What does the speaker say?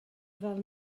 fel